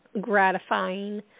gratifying